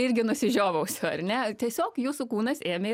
irgi nusižiovausiu ar ne tiesiog jūsų kūnas ėmė ir